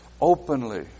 openly